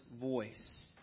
voice